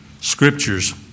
scriptures